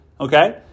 Okay